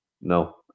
No